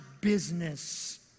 business